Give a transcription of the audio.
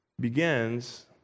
begins